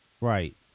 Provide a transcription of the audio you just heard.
Right